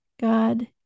God